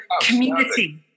community